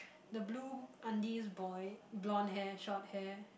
the blue aunties boy bronze hair short hair